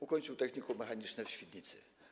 Ukończył Technikum Mechaniczne w Świdnicy.